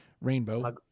Rainbow